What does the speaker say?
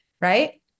right